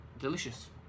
Delicious